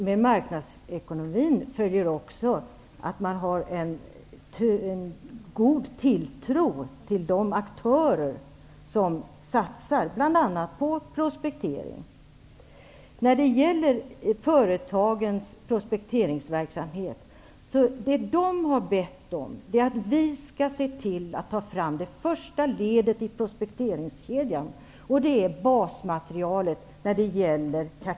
Med marknadsekonomin följer också att man har en god tilltro till de aktörer som satsar, bl.a. på prospektering. Vad företagen har bett om är att vi skall se till att ta fram det första ledet i prospekteringskedjan, nämligen basmaterialet för kartering.